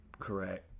Correct